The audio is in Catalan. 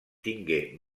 tingué